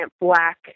black